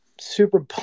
super